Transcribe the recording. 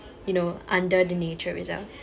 you know under the nature reserve